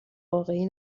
واقعی